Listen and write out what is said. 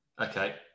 Okay